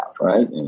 right